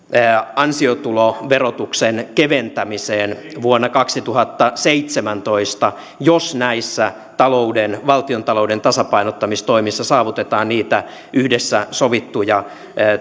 ansiotuloverotuksen keventämiseen vuonna kaksituhattaseitsemäntoista jos näissä valtiontalouden tasapainottamistoimissa saavutetaan niitä yhdessä sovittuja